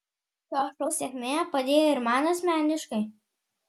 šio šou sėkmė padėjo ir man asmeniškai